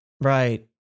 Right